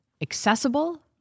Accessible